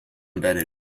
embedded